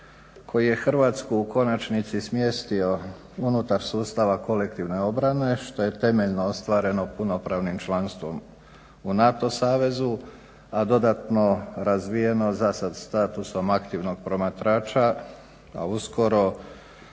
koji je Hrvatsku u konačnici smjestio unutar sustava kolektivne obrane što je temeljno ostvareno punopravnim članstvom u NATO savezu, a dodatno razvijeno za sada statusom aktivnog promatrača, a uskoro